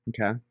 Okay